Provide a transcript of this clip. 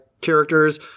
characters